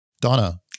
Donna